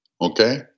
Okay